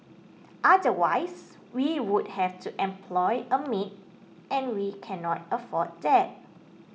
otherwise we would have to employ a maid and we cannot afford that